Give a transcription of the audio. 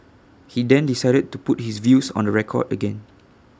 he then decided to put his views on the record again